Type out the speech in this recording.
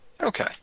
Okay